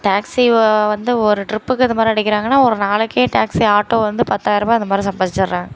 taxi வ வந்து ஒரு ட்ரிப்புக்கு ஏற்ற மாதிரி அடிக்கிறாங்கனா ஒரு நாளைக்கே டேக்ஸி ஆட்டோ வந்து பத்தாயிரருபா அந்த மாதிரி சம்பாதிச்சுடுறாங்க